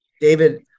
David